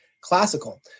classical